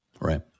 right